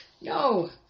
No